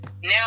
Now